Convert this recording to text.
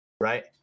right